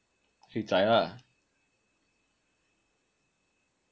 he zai lah